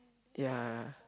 yeah